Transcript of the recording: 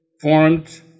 formed